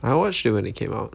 I watched it when it came out